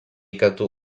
katu